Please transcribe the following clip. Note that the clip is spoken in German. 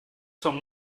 zum